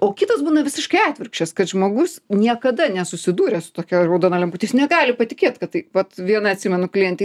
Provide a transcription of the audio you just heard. o kitas būna visiškai atvirkščias kad žmogus niekada nesusidūręs su tokia raudona lempute jis negali patikėt kad tai vat viena atsimenu klientė